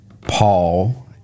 Paul